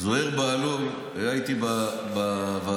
זוהיר בהלול היה איתי בוועדה.